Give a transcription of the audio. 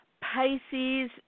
Pisces